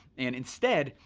and instead,